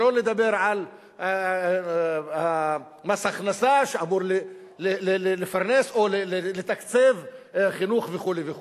שלא לדבר על מס הכנסה שאמור לפרנס או לתקצב חינוך וכו' וכו'.